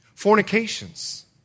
Fornications